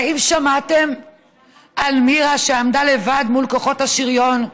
האם שמעתם על מירה, שעמדה לבד מול כוחות השריון?